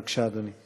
בבקשה, אדוני.